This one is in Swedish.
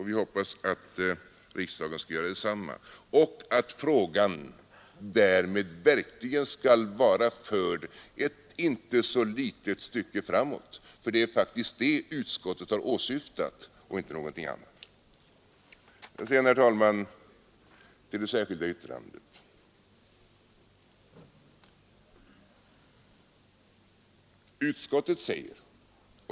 Vi hoppas att riksdagen skall göra detsamma och att frågan därmed verkligen skall vara förd inte ett så litet stycke framåt, vilket utskottet faktiskt har åsyftat och inte någonting annat.